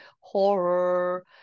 horror